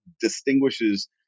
distinguishes